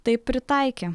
tai pritaikė